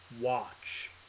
watch